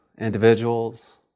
individuals